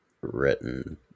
written